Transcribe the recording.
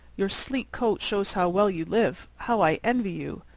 your sleek coat shows how well you live how i envy you!